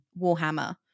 Warhammer